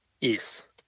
Yes